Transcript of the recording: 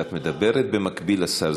ואת מדברת במקביל לשר.